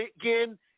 again